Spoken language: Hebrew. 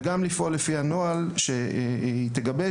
וגם לפעול לפי הנוהל שהיא תגבש,